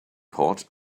pot